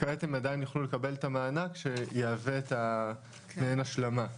כעת הם עדיין יוכלו לקבל את המענק שיהווה מעין השלמה.